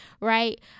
right